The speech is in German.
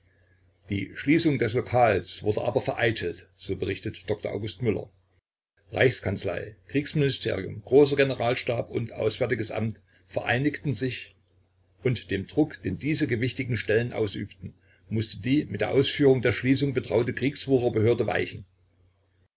die schließung des lokals wurde aber vereitelt so berichtet dr august müller reichskanzlei kriegsministerium großer generalstab und auswärtiges amt vereinigten sich und dem druck den diese gewichtigen stellen ausübten mußte die mit der ausführung der schließung betraute kriegswucherbehörde weichen